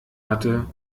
hatte